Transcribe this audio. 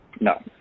no